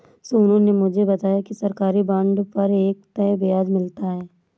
सोनू ने मुझे बताया कि सरकारी बॉन्ड पर एक तय ब्याज मिलता है